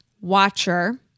Watcher